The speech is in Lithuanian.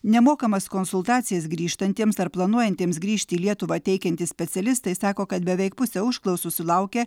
nemokamas konsultacijas grįžtantiems ar planuojantiems grįžti į lietuvą teikiantys specialistai sako kad beveik pusę užklausų sulaukia